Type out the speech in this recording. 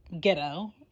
ghetto